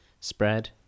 Spread